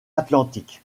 atlantique